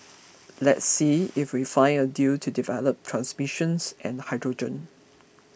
let's see if we find a deal to develop transmissions and hydrogen